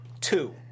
Two